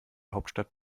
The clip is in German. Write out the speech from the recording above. hauptstadt